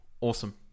awesome